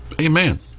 Amen